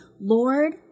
Lord